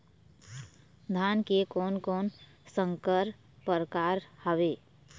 धान के कोन कोन संकर परकार हावे?